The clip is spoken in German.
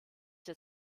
der